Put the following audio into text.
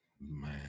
Man